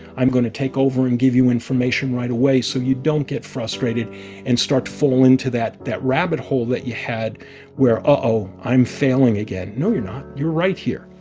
i'm going to take over and give you information right away so you don't get frustrated and start to fall into that that rabbit hole that you had where, uh-oh, i'm failing again. no, you're not. you're right here.